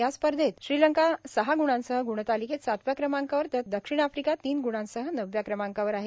या स्पर्धेत श्रीलंका सहा ग्णांसह ग्णतालिकेत सातव्या क्रमांकावर तर दक्षिण आफ्रिका तीन ग्णांसह नवव्या क्रमांकावर आहे